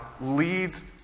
leads